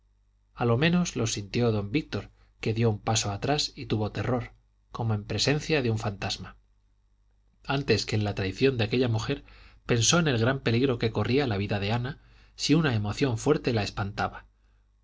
a lo menos los sintió don víctor que dio un paso atrás y tuvo terror como en presencia de un fantasma antes que en la traición de aquella mujer pensó en el gran peligro que corría la vida de ana si una emoción fuerte la espantaba